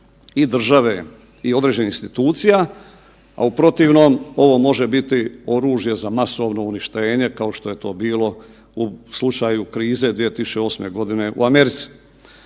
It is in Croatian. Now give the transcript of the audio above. i države i određenih institucija, a u protivnom ovo može biti oružje za masovno uništenje kao što je to bilo u slučaju krize 2008.g. u Americi.